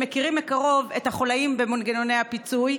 מכירים מקרוב את החוליים במנגנוני הפיצוי,